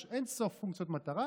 יש אין-סוף פונקציות מטרה,